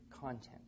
content